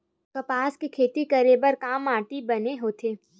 कपास के खेती करे बर का माटी बने होथे?